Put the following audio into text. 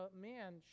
man